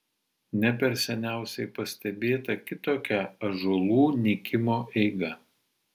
ne per seniausiai pastebėta kitokia ąžuolų nykimo eiga